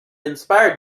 inspire